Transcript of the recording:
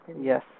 Yes